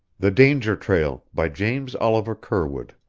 the danger trail, by james oliver curwood